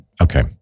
Okay